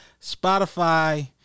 Spotify